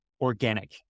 organic